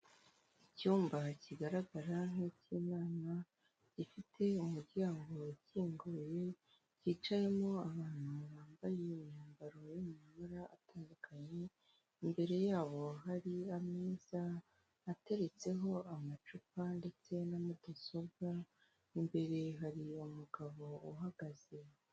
Icyumba kigaragara nkicy'inama gifite umuryango ukinguye cyicayemo abantu bambaye imyambaro y'amabara atandukanye imbere yabo hari ameza ateretseho amacupa ndetse na mudasobwa imbere hari umugabo uhagaze .